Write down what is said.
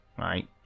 right